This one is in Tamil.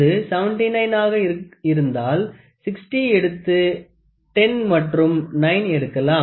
அது 79 ஆக இருந்தால் 60 எடுத்து 10 மற்றும் 9 எடுக்கலாம்